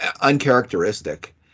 uncharacteristic